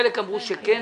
חלק אמרו שכן